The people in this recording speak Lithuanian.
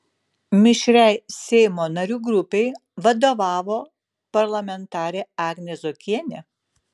mišriai seimo narių grupei vadovavo parlamentarė agnė zuokienė